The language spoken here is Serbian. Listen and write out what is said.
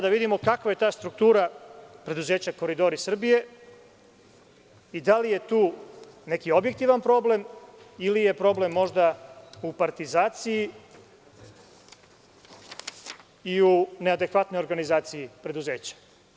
Da vidimo kakva je ta struktura preduzeća „Koridori Srbije“ i da li je tu neki objektivan problem ili je problem možda u partizaciji i u neadekvatnoj organizaciji preduzeća?